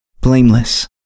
blameless